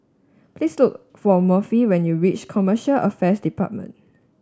please look for Murphy when you reach Commercial Affairs Department